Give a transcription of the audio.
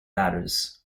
batters